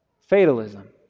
fatalism